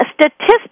statistics